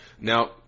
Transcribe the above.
Now